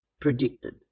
Predicted